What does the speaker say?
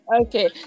Okay